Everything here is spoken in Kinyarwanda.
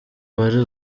wari